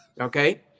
Okay